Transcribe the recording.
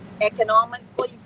economically